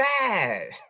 bad